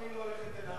למה היא לא הולכת אליו?